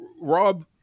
Rob